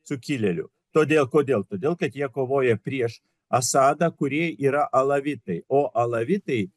sukilėlių todėl kodėl todėl kad jie kovoja prieš asadą kurie yra alavitai o alavitai